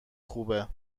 خوبه